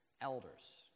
elders